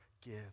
give